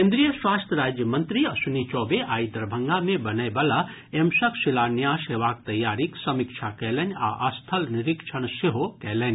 केन्द्रीय स्वास्थ्य राज्य मंत्री अश्वनी चौबे आइ दरभंगा मे बनयवला एम्सक शिलान्यास हेबाक तैयारीक समीक्षा कयलनि आ स्थल निरिक्षण सेहो कयलनि